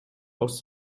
aus